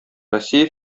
россия